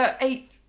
eight